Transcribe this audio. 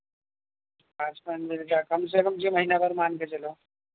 کم سے کم چھ مہینہ اگر مان کے چلو